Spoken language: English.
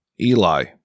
Eli